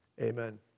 Amen